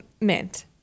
mint